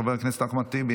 חבר הכנסת אחמד טיבי,